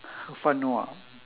for fun no ah